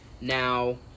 Now